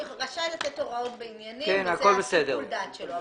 הוא רשאי לתת הוראות בעניינים וזה שיקול הדעת שלו,